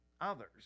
Others